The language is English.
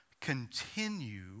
continue